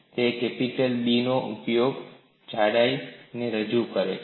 તે capital B ઉપયોગ જાડાઈને રજૂ કરે છે